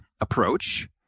approach